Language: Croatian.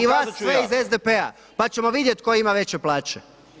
i vas sve iz SDP-a pa ćemo vidjeti tko ima veće plaće.